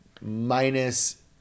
minus